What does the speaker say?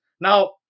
Now